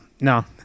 No